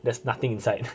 there's nothing inside